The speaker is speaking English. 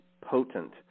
potent